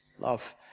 love